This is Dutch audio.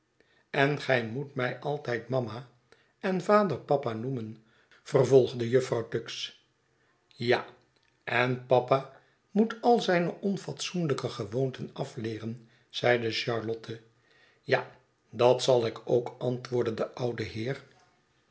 en gij moet mij altijd mama en vader papa noemen vervolgde jufvrouw tuggs ja en papa moet al zijne onfatsoenlijke gewoonten afleeren zeide charlotte ja dat zal ik opk antwoordde de oude heer